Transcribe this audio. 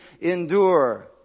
endure